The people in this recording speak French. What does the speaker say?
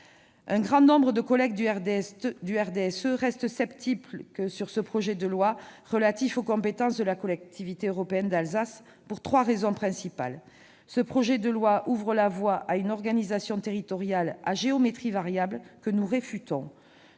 Un grand nombre de collègues du RDSE reste sceptique sur le présent projet de loi relatif aux compétences de la Collectivité européenne d'Alsace pour trois raisons principales : il ouvre la voie à une organisation territoriale à géométrie variable, que nous réfutons